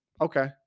Okay